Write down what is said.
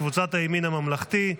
קבוצת סיעת הימין הממלכתי,